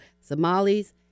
Somalis